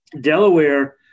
Delaware